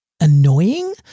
annoying